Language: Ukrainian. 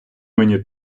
мені